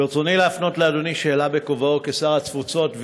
ברצוני להפנות לאדוני שאלה בכובעו כשר התפוצות,